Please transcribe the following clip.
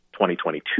2022